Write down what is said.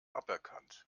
aberkannt